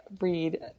read